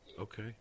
Okay